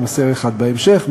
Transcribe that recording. יימסר שם אחד בהמשך,